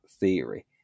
theory